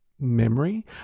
memory